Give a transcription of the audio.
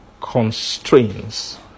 constraints